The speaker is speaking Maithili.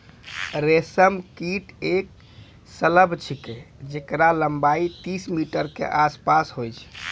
रेशम कीट एक सलभ छिकै जेकरो लम्बाई तीस मीटर के आसपास होय छै